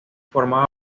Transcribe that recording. formaba